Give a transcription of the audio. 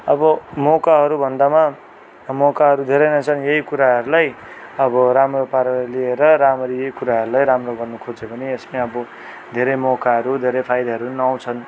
अब मौकाहरू भन्दामा मौकाहरू धेरै नै छन् यही कुराहरूलाई अब राम्रो पाराले लिएर राम्ररी यी कुराहरूलाई राम्रो गर्नु खोज्यो भने यसमा अब धेरै मौकाहरू धेरै फाइदाहरू नि आउँछन्